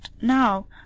now